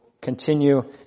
continue